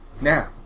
Now